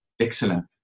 Excellent